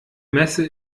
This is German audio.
messe